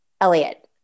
Elliot